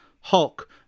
Hulk